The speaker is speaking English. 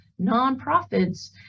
nonprofits